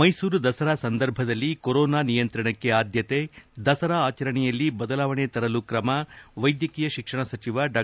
ಮೈಸೂರು ದಸರಾ ಸಂದರ್ಭದಲ್ಲಿ ಕೊರೋನಾ ನಿಯಂತ್ರಣಕ್ಕೆ ಆದ್ದತೆ ದಸರಾ ಆಚರಣೆಯಲ್ಲಿ ಬದಲಾವಣೆ ತರಲು ಕ್ರಮ ವೈದ್ಯಕೀಯ ಶಿಕ್ಷಣ ಸಚಿವ ಡಾ